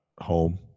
home